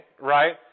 right